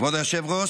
כבוד היושב-ראש,